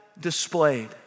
displayed